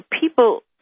people